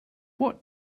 what